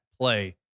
play